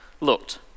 looked